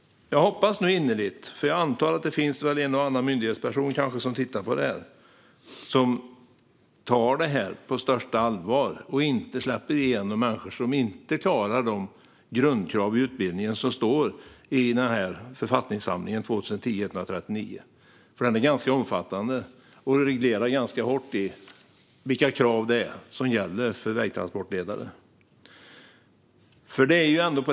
Jag hoppas innerligt och antar att det finns en och annan myndighetsperson som tittar på det här, som tar det på största allvar och inte släpper igenom människor som inte klarar de grundkrav i utbildningen som står i författningssamlingen 2010:139. Den är ganska omfattande och reglerar ganska hårt vilka krav som gäller för vägtransportledare.